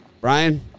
Brian